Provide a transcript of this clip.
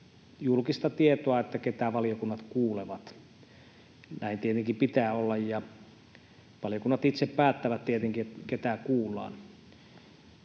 julkista tietoa, ketä valiokunnat kuulevat. Näin tietenkin pitää olla, ja valiokunnat tietenkin itse päättävät, ketä kuullaan.